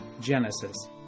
Genesis